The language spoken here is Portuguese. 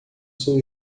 seu